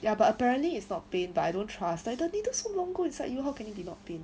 ya but apparently it's not pain but I don't trust like the needle so long go inside you how can it be no pain